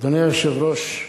אדוני היושב-ראש,